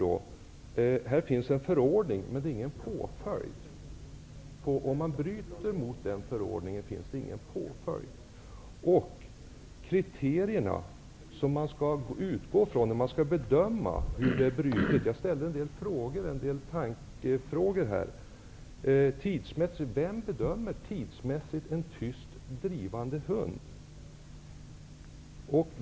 Det finns en förordning, men om man bryter mot den finns ingen påföljd. Jag ställde en del frågor om de kriterier man skall utgå från vid bedömningen. Vem bedömer tidsmässigt en tyst drivande hund?